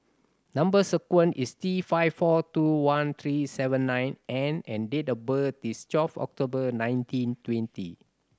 number sequence is T five four two one three seven nine N and date of birth is twelve October nineteen twenty